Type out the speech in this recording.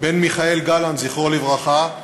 בן מיכאל גלנט, זכרו לברכה,